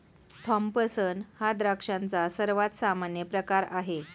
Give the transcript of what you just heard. Thompson हा द्राक्षांचा सर्वात सामान्य प्रकार आहे